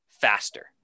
faster